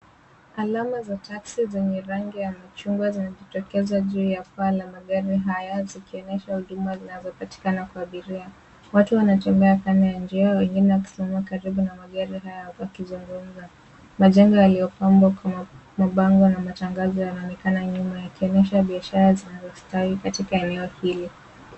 Alama za taksi zenye rangi ya machungwa zinajitokeza juu ya paa la magari haya, zikionyesha huduma zinazopatikana kwa abiria. Watu wanatembea kando ya njia, wengine wakisimama karibu na magari haya wakizungumza. Majengo yaliyopambwa kwa mabango na matangazo yanaonekana nyuma, yakionyesha biashara zinazostawi katika eneo hili.